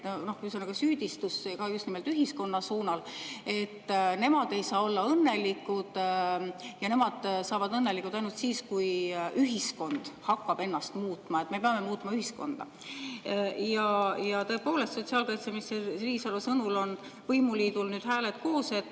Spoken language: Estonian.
selline, ühesõnaga, süüdistus ka just nimelt ühiskonna suunal, et nemad ei saa olla õnnelikud ja nemad saavad õnnelikuks ainult siis, kui ühiskond hakkab ennast muutma, nii et me peame muutma ühiskonda. Tõepoolest, sotsiaalkaitseminister Riisalo sõnul on võimuliidul nüüd hääled koos, et